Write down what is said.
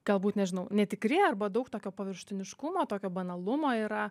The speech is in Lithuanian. galbūt nežinau netikri arba daug tokio paviršutiniškumo tokio banalumo yra